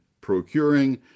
procuring